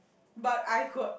but I could